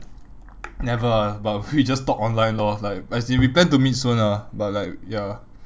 never ah but we just talk online lor like as in we plan to meet soon ah but like ya